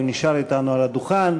הוא נשאר אתנו על הדוכן